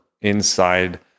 inside